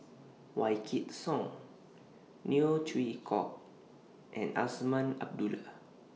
Wykidd Song Neo Chwee Kok and Azman Abdullah